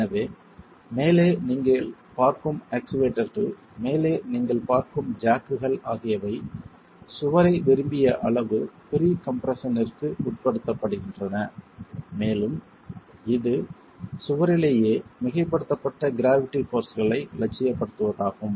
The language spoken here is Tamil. எனவே மேலே நீங்கள் பார்க்கும் ஆக்சுவேட்டர்கள் மேலே நீங்கள் பார்க்கும் ஜாக்குகள் ஆகியவை சுவரை விரும்பிய அளவு ப்ரீ கம்ப்ரெஸ்ஸன்ற்கு உட்படுத்துகின்றன மேலும் இது சுவரிலேயே மிகைப்படுத்தப்பட்ட க்ராவிட்டி போர்ஸ்களை இலட்சியப்படுத்துவதாகும்